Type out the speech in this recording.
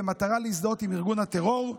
בכוונה להזדהות עם ארגון הטרור,